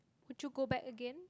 would you go back again